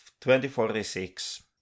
2046